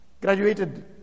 graduated